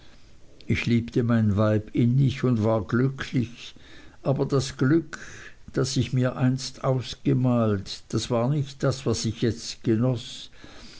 ich liebte mein weib innig und war glücklich aber das glück das ich mir einst ausgemalt das war nicht das was ich jetzt genoß